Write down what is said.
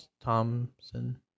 Thompson